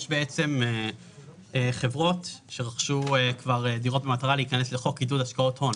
יש חברות שרכשו כבר דירות במטרה להיכנס לחוק לעידוד השקעות הון